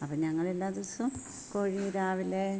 അപ്പം ഞങ്ങൾ എല്ലാ ദിവസവും കോഴി രാവിലെ